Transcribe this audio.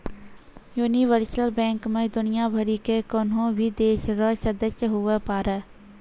universal bank मे दुनियाँ भरि के कोन्हो भी देश रो सदस्य हुवै पारै